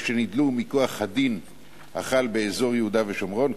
או שניטלו מכוח הדין החל באזור יהודה ושומרון,